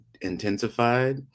intensified